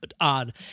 on